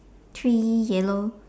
three yellow